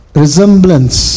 resemblance